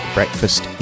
Breakfast